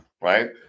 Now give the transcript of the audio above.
Right